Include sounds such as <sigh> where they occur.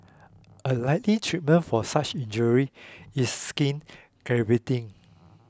a likely treatment for such injury is skin <unintelligible>